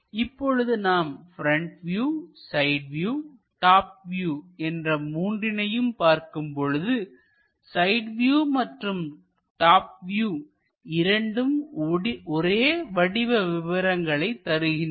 இப்பொழுது நாம் front view side view top view என்ற மூன்றினையும் பார்க்கும் பொழுது சைடு வியூ மற்றும் டாப் வியூ இரண்டும் ஒரே வடிவ விவரங்களை தருகின்றன